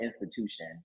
institution